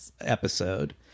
episode